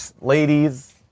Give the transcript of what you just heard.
ladies